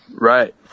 Right